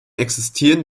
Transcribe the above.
existieren